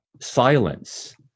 silence